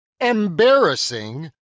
embarrassing